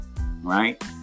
right